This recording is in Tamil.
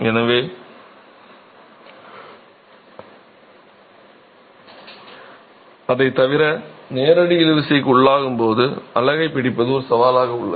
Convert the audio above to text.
எனவே அதைத் தவிர நேரடி இழுவிசைக்கு உள்ளாகும்போது அலகை பிடிப்பது ஒரு சவாலாக உள்ளது